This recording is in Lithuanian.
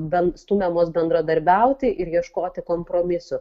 bent stumiamos bendradarbiauti ir ieškoti kompromisų